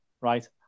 Right